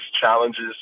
challenges